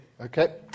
Okay